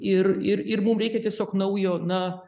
ir ir ir mum reikia tiesiog naujo na